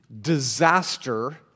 disaster